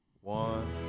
One